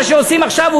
מה שעושים עכשיו,